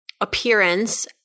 appearance